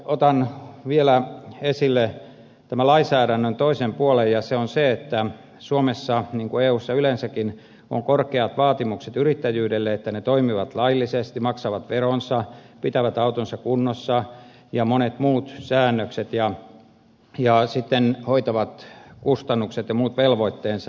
otan tässä vielä esille tämän lainsäädännön toisen puolen ja se on se että suomessa niin kuin eussa yleensäkin on korkeat vaatimukset yrittäjyydelle että yritykset toimivat laillisesti maksavat veronsa pitävät autonsa kunnossa ja noudattavat monia muita säännöksiä ja sitten hoitavat kustannukset ja muut velvoitteensa